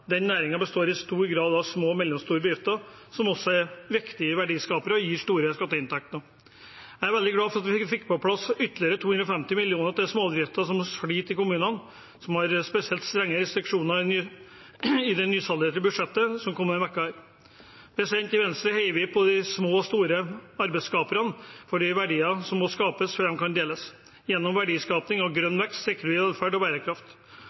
Den næringen består i stor grad av små og mellomstore bedrifter, som også er viktige verdiskapere og gir store skatteinntekter. Jeg er veldig glad for at vi fikk på plass ytterligere 250 mill. kr til småbedrifter som sliter i kommunene med spesielt strenge restriksjoner, i det nysalderte budsjettet som kom denne uken her. I Venstre heier vi på de små og store arbeidsskaperne, for verdiene må skapes før de kan deles. Gjennom verdiskaping og grønn vekst sikrer vi velferd og bærekraft.